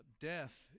death